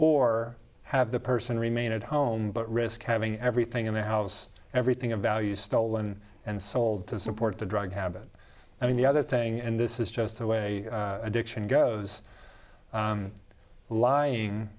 or have the person remain at home but risk having everything in their house everything of value stolen and sold to support the drug habit i mean the other thing and this is just the way addiction goes lying